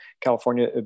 California